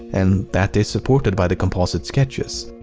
and that is supported by the composite sketches.